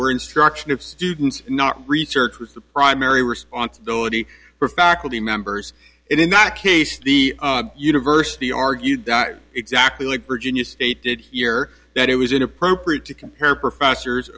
where instruction of students not research was the primary responsibility for faculty members and in that case the university argued exactly like virginia state did here that it was inappropriate to compare professors